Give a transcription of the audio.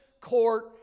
court